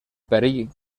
perill